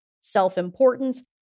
self-importance